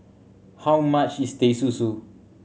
how much is Teh Susu